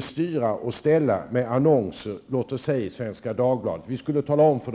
styrde och ställde med annonser i Svenska Dagbladet eller Dagens Nyheter.